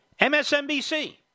MSNBC